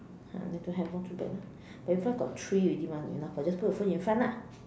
!huh! then don't have lor too bad lah but in front already got three mah enough ah just put the phone in front ah